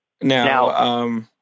Now